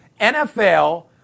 NFL